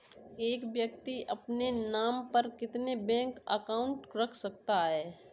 एक व्यक्ति अपने नाम पर कितने बैंक अकाउंट रख सकता है?